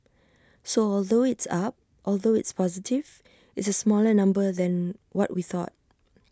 so although it's up although it's positive it's A smaller number than what we thought